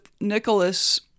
Nicholas